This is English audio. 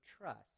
trust